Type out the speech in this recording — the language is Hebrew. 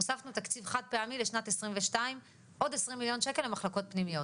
הוספנו תקציב חד פעמי לשנת 2022 עוד 20 מיליון שקל למחלקות פנימיות.